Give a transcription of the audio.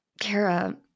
Kara